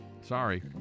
Sorry